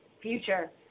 Future